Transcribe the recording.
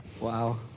Wow